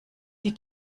die